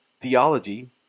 theology